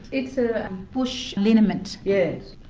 it's a bush liniment? yes,